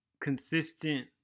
consistent